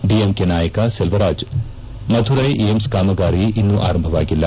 DMK ನಾಯಕ Sellaraj Madurai AIIMS ಕಾಮಗಾರಿ ಇನ್ನೂ ಆರಂಭವಾಗಿಲ್ಲ